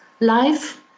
life